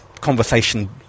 conversation